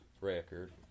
record